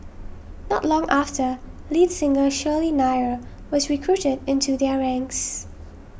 not long after lead singer Shirley Nair was recruited into their ranks